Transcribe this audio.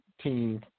team